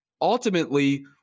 ultimately